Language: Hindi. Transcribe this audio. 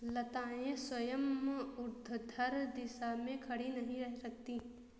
लताएं स्वयं ऊर्ध्वाधर दिशा में खड़ी नहीं रह सकती